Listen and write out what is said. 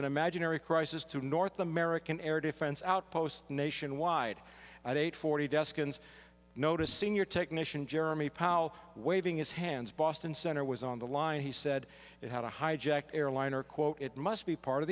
an imaginary crisis to north american air defense outposts nationwide at eight forty deskins notice senior technician jeremy powell waving his hands boston center was on the line he said it had a hijacked airliner quote it must be part of